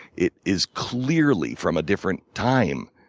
it is clearly from a different time.